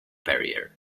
barrier